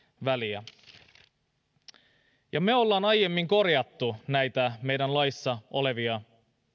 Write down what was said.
väliä me olemme aiemmin korjanneet näitä meidän laissa olevia